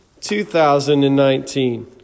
2019